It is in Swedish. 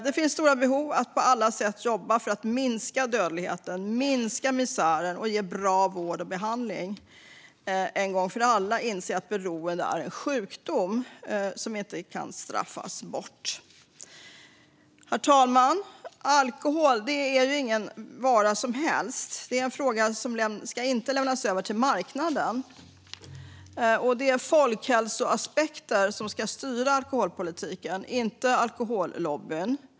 Det finns stora behov av att på alla sätt jobba för att minska dödligheten och misären och ge bra vård och behandling. Man behöver en gång för alla inse att beroende är en sjukdom som man inte kan straffa bort. Herr talman! Alkohol är inte vilken vara som helst, och alkoholfrågan ska inte lämnas över till marknaden. Det är folkhälsoaspekter som ska styra alkoholpolitiken, inte alkohollobbyn.